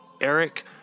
Eric